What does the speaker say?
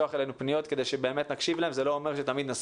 אבל נצטרך לתת להם תחושה שאנחנו פה קשובים להם.